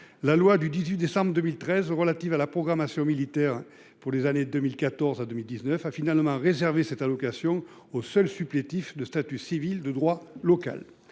la loi du 18 décembre 2013 relatives à la programmation militaire pour les années 2014 à 2019 a finalement réservé cette allocation aux seul supplétifs de statut civil de droit local